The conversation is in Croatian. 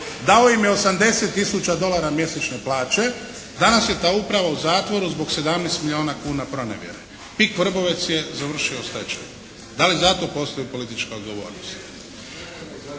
dao im je 80 tisuća dolara mjesečne plaće, danas je ta uprava u zatvoru zbog 17 milijuna kuna pronevjere. "Pik" Vrbovec je završio u stečaju. Da li zato postoji politička odgovornost?